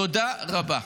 תודה רבה.